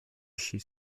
she